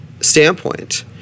standpoint